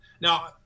Now